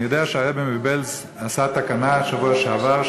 אני יודע שהרבי מבעלז עשה תקנה בשבוע שעבר,